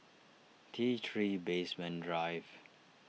T three Basement Drive